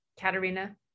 Katarina